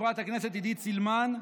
חברת הכנסת עידית סילמן,